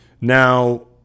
Now